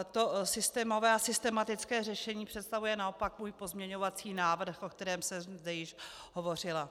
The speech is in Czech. To systémové a systematické řešení představuje naopak můj pozměňovací návrh, o kterém jsem zde již hovořila.